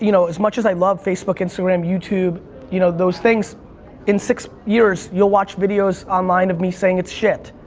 you know as much as i love facebook, instagram, youtube you know those things in six years, you'll watch videos online of me saying it's shit,